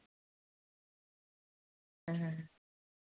ᱦᱮᱸ